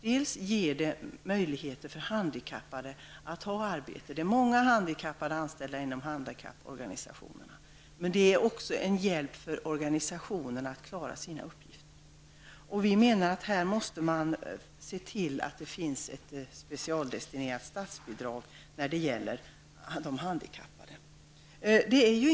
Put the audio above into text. De handikappade får möjlighet till ett arbete. Många handikappade är anställda inom handikapporganisationerna. Men det är också en hjälp för organisationerna för att de skall kunna klara sina uppgifter. Här måste man se till att det finns ett specialdestinerat statsbidrag när det gäller de handikappade.